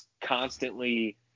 constantly